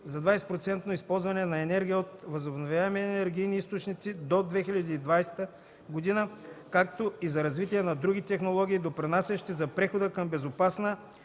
използване на енергия от възобновяеми енергийни източници до 2020 г., както и за развитие на други технологии, допринасящи за прехода към безопасна